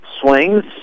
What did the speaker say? swings